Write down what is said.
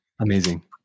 Amazing